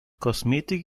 kosmetik